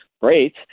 great